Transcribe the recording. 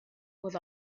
was